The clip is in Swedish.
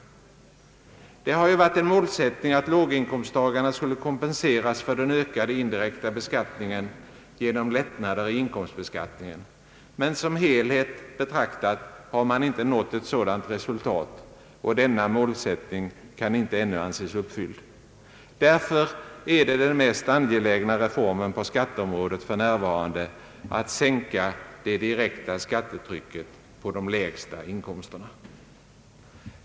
Det har ju varit en målsättning att låginkomsttagarna skulle kompenseras för den ökade indirekta beskattningen genom lättnader i inkomstbeskattningen, men som helhet betraktat har man inte nått ett sådant resultat att denna målsättning ännu kan anses uppfylld. Därför är den mest angelägna reformen på skatteområdet för närvarande att sänka det direkta skattetrycket på de lägsta inkomsterna.